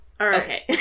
Okay